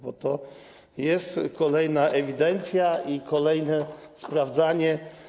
Bo to jest kolejna ewidencja i kolejne sprawdzanie.